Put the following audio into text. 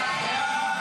ההצעה